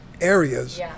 areas